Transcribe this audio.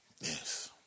Yes